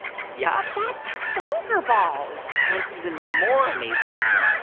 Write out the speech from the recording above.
yup that's bonker balls and even more amazing, mindy,